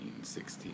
16